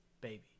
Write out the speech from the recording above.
Baby